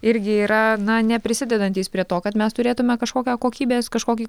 irgi yra na neprisidedantys prie to kad mes turėtume kažkokią kokybės kažkokį